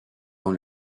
dans